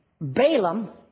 Balaam